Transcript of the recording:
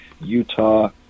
Utah